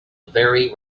very